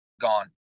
gone